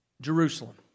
Jerusalem